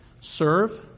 Serve